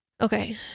Okay